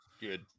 Good